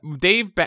Dave